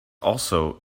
also